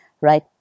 right